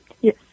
Yes